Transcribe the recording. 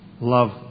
Love